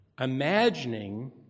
imagining